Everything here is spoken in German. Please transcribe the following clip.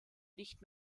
nicht